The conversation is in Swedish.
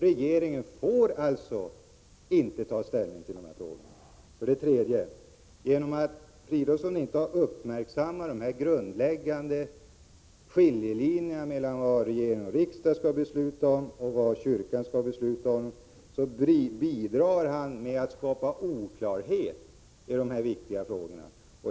Regeringen får alltså inte ta ställning till dessa frågor. För det tredje: Genom att herr Fridolfsson inte har uppmärksammat dessa grundläggande skiljelinjer mellan vad regering och riksdag skall besluta om och vad kyrkan skall besluta om, bidrar han till att skapa oklarhet i dessa viktiga frågor.